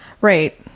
right